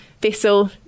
vessel